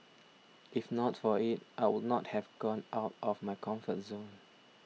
if not for it I would not have gone out of my comfort zone